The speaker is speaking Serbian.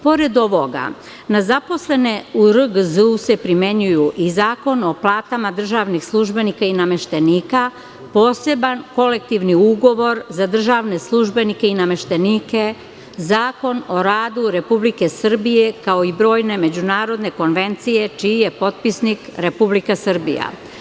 Pored ovoga, na zaposlene u RGZ se primenjuju i Zakon o platama državnih službenika i nameštenika, Poseban kolektivni ugovor za državne službenike i nameštenike, Zakon o radu Republike Srbije, kao i brojne međunarodne konvencije, čiji je potpisnik Republika Srbija.